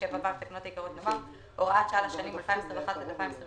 27ו לתקנות העיקריות נאמר: "הוראת שעה לשנים 2021 עד 2023